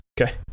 Okay